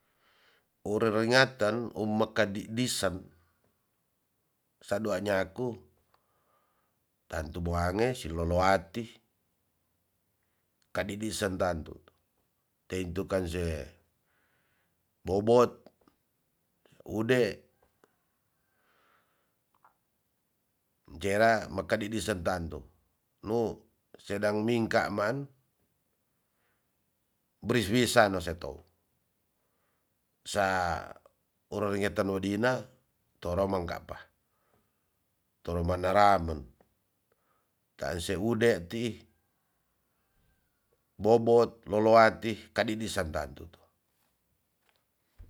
Uriringaten umeka didisen sadua nyaku tantu buange si loloa ti kadidisen tantu teintukan se bobot ude jera makadidise tantu nu sedang mingka man brifisa no setow sa uririgaten wadina toro mang kapa toro manda ramen tanse ude tii bobot loloati kadidisen tantu.